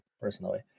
personally